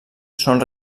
són